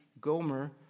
Gomer